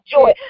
joy